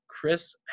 Chris